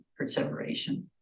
perseveration